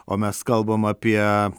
o mes kalbam apie